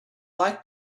like